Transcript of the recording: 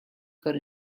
got